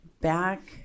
back